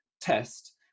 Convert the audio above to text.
test